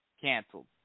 canceled